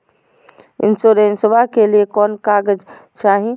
इंसोरेंसबा के लिए कौन कागज चाही?